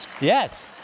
Yes